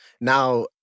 now